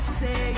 say